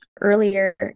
earlier